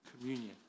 communion